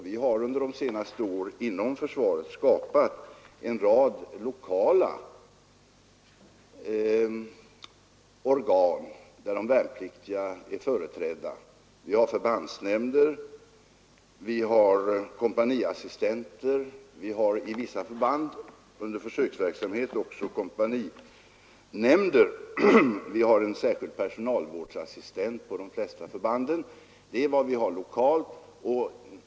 Vi har under de senaste åren inom försvaret skapat en rad lokala organ där de värnpliktiga är företrädda. Vi har förbandsnämnder. Vi har kompaniassistenter. Vi har vid vissa förband under försöksverksamhet också kompaninämnder. Vi har en särskild personalvårdsassistent på de flesta förbanden.